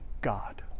God